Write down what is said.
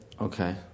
Okay